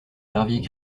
graviers